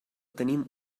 tenim